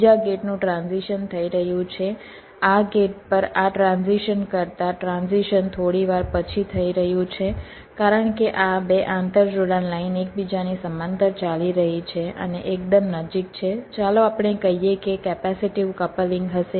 બીજા ગેટનું ટ્રાન્ઝિશન થઈ રહ્યું છે આ ગેટ પર આ ટ્રાન્ઝિશન કરતાં ટ્રાન્ઝિશન થોડી વાર પછી થઈ રહ્યું છે કારણ કે આ 2 આંતરજોડાણ લાઇન એકબીજાની સમાંતર ચાલી રહી છે અને એકદમ નજીક છે ચાલો આપણે કહીએ કે કેપેસિટીવ કપલિંગ હશે